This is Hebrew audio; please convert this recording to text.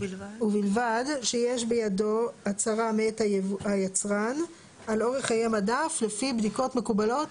ובלבד שיש בידו הצהרה מאת היצרן על אורך חיי מדף לפי בדיקות מקובלות?